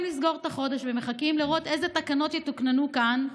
לסגור את החודש ומחכים לראות איזה תקנות יתוקנו כאן,